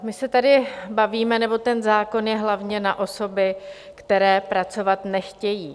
My se tady bavíme, nebo ten zákon je hlavně na osoby, které pracovat nechtějí.